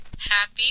Happy